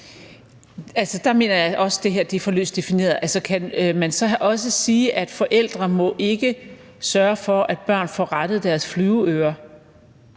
(DF): Der mener jeg også, at det her er for løst defineret. Altså, kan man så også sige, at forældre ikke må sørge for, at børn får rettet deres flyveører